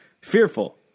Fearful